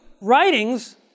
writings